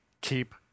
keep